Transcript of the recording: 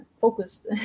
focused